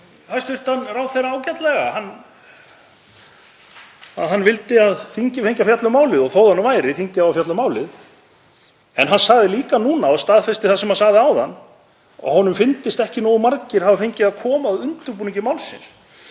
Ég skildi hæstv. ráðherra ágætlega, að hann vildi að þingið fengi að fjalla um málið og þó það nú væri, þingið á að fjalla um málið. En hann sagði líka núna og staðfesti það sem hann sagði áðan að honum fyndist ekki nógu margir hafa fengið að koma að undirbúningi málsins.